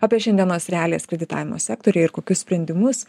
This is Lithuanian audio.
apie šiandienos realijas kreditavimo sektoriuj ir kokius sprendimus